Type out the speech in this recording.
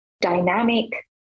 dynamic